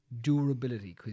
durability